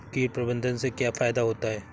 कीट प्रबंधन से क्या फायदा होता है?